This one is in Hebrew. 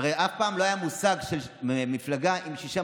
הרי אף פעם לא היה מושג של מפלגה עם שישה